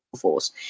force